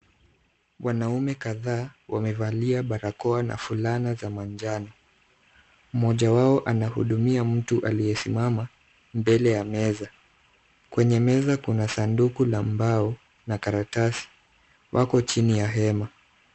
Wanaume kadhaa wamevalia barakoa na fulana za manjano. Mmoja wao anahudumia mtu aliyesimama mbele ya meza. Kwenye meza kuna sanduku la mbao na karatasi. Wako chini ya hema.